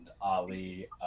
Ali